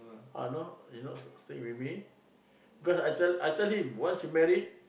ah now he not staying with me because I I tell him once you married